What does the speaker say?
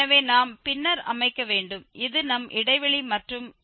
எனவே நாம் பின்னர் அமைக்க வேண்டும் இது நம் இடைவெளி மற்றும் 00